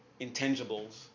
intangibles